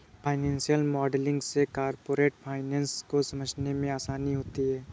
financial modelling से corporate finance को समझने में आसानी होती है